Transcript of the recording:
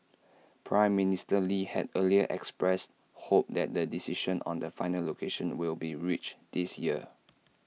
Prime Minister lee had earlier expressed hope that the decision on the final location will be reached this year